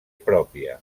pròpia